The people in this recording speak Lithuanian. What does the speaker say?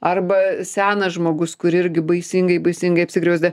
arba senas žmogus kur irgi baisingai baisingai apsigriozdę